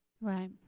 Right